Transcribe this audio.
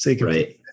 Right